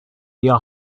your